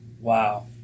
Wow